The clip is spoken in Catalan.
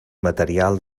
material